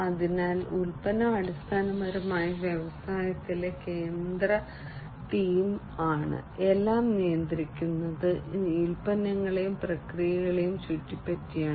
അതിനാൽ ഉൽപ്പന്നം അടിസ്ഥാനപരമായി വ്യവസായത്തിലെ കേന്ദ്ര തീം ആണ് എല്ലാം നിയന്ത്രിക്കുന്നത് ഉൽപ്പന്നങ്ങളെയും പ്രക്രിയകളെയും ചുറ്റിപ്പറ്റിയാണ്